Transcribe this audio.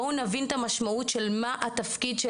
בואו נבין את המשמעות של מה התפקיד של